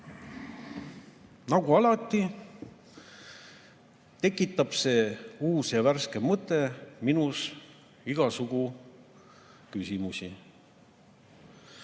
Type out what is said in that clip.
Nagu alati tekitab see uus ja värske mõte minus igasugu küsimusi.